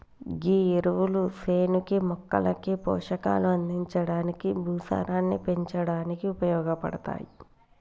గీ ఎరువులు సేనుకి మొక్కలకి పోషకాలు అందించడానికి, భూసారాన్ని పెంచడానికి ఉపయోగపడతాయి